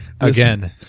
again